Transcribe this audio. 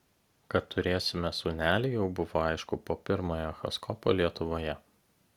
kad turėsime sūnelį jau buvo aišku po pirmojo echoskopo lietuvoje